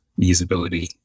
usability